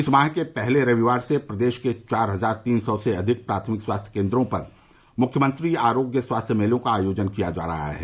इस माह के पहले रविवार से प्रदेश के चार हजार तीन सौ से अधिक प्राथमिक स्वास्थ्य केंद्रों पर मुख्यमंत्री आरोग्य स्वास्थ्य मेलों का आयोजन किया जा रहा है